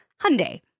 Hyundai